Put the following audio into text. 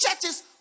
churches